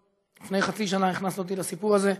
לפני חצי שנה הכנסת אותי לסיפור הזה,